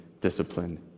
discipline